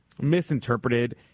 misinterpreted